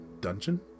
dungeon